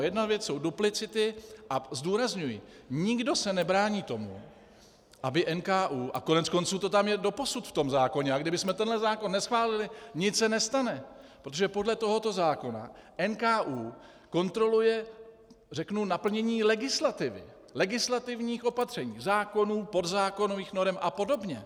Jedna věc jsou duplicity, a zdůrazňuji, nikdo se nebrání tomu, aby NKÚ, a koneckonců to tam je doposud v tom zákoně, a kdybychom tenhle zákon neschválili, nic se nestane, protože podle tohoto zákona NKÚ kontroluje naplnění legislativy, legislativních opatření, zákonů, podzákonných norem a podobně.